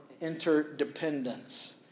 interdependence